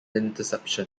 interception